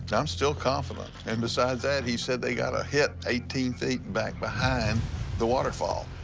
and i'm still confident. and besides that, he said they got a hit eighteen feet back behind the waterfall.